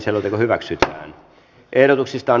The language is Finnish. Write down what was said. selonteko hyväksyttiin